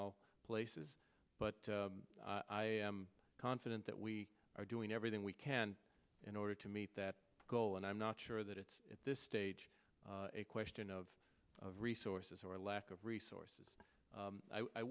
all places but i am confident that we are doing everything we can in order to meet that goal and i'm not sure that it's at this stage a question of of resources or lack of resources